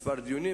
כמה דיונים,